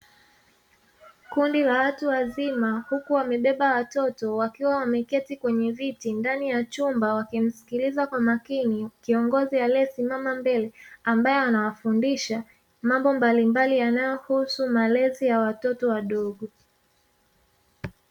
Kundi la watu wazima, huku wamebeba watoto, wakiwa wameketi kwenye viti ndani ya chumba, wakimsikiliza kwa makini kiongozi aliyesimama mbele, ambaye anawafundisha mambo mbalimbali yanayohusu malezi ya watoto wadogo.